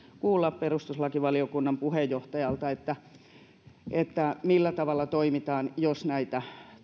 kuulla perustuslakivaliokunnan puheenjohtajalta millä tavalla toimitaan jos näitä